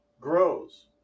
grows